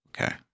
Okay